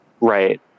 Right